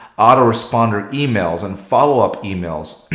autoresponder emails and follow-up emails.